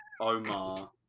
Omar